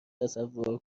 تصور